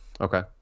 Okay